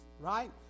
right